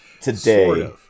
today